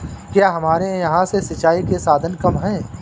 क्या हमारे यहाँ से सिंचाई के साधन कम है?